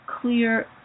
clear